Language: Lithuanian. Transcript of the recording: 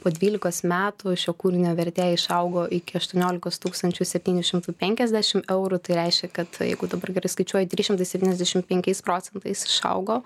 po dvylikos metų šio kūrinio vertė išaugo iki aštuoniolikos tūkstančių septyni šimtų penkiasdešim eurų tai reiškia kad jeigu dabar gerai skaičiuoju tris šimtais septyniasdešim penkiais procentais išaugo